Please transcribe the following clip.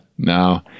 No